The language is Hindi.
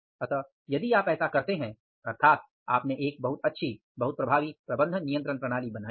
अतः यदि आप ऐसा करते हैं अर्थात आपने एक बहुत अच्छी बहुत प्रभावी प्रबंधन नियंत्रण प्रणाली बनाई है